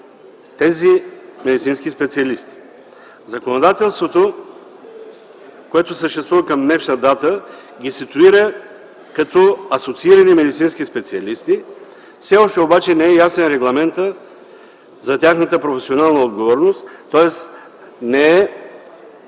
тези медицински специалисти. Законодателството, което съществува към днешна дата, ги ситуира като асоциирани медицински специалисти. Все още обаче, не е ясен регламентът за тяхната професионална отговорност, тоест все